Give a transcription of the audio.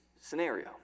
scenario